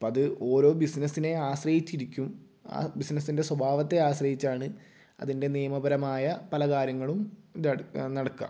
അപ്പം അത് ഓരോ ബിസിനെസ്സിനെയും ആശ്രയിച്ച് ഇരിക്കും ആ ബിസിനസ്സിൻ്റെ സ്വഭാവത്തെ ആശ്രയിച്ചാണ് അതിൻ്റെ നിയപരമായ പല കാര്യങ്ങളും നടക്കുക